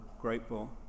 grateful